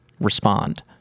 respond